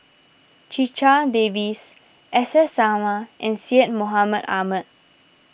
Checha Davies S S Sarma and Syed Mohamed Ahmed